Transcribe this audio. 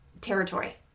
territory